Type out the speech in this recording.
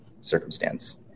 circumstance